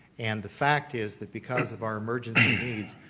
and the fact is that because of our emergency needs,